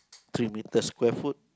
three metre square foot